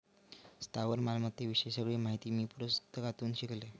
स्थावर मालमत्ते विषयी सगळी माहिती मी पुस्तकातून शिकलंय